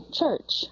church